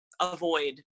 avoid